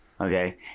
Okay